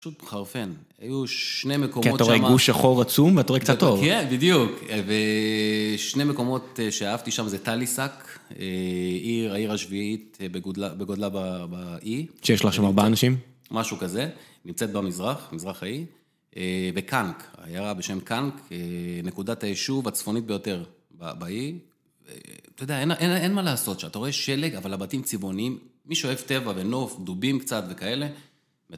פשוט מחרפן. היו שני מקומות... כי אתה רואה גוש שחור עצום, ואתה רואה קצת עור. כן, בדיוק. ושני מקומות שאהבתי שם זה טליסק, עיר, העיר השביעית בגודלה באי. שיש לה שם ארבע אנשים? משהו כזה, נמצאת במזרח, מזרח האי. וקנק, עיירה בשם קנק, נקודת היישוב הצפונית ביותר באי. אתה יודע, אין מה לעשות שאתה רואה שלג, אבל הבתים צבעונים, מי שאוהב טבע ונוף, דובים קצת וכאלה,